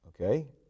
Okay